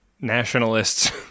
nationalists